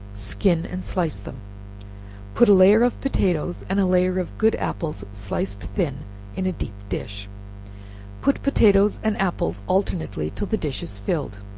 skin and slice them put a layer of potatoes and a layer of good apples sliced thin in a deep dish put potatoes and apples alternately till the dish is filled,